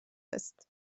است